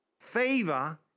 Favor